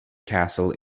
castle